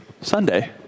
Sunday